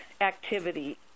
activity